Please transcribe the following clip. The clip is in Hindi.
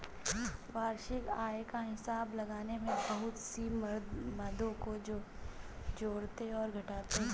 वार्षिक आय का हिसाब लगाने में बहुत सी मदों को जोड़ते और घटाते है